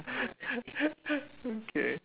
okay